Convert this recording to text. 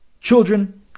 children